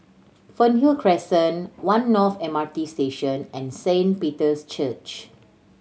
Fernhill Crescent One North M R T Station and Saint Peter's Church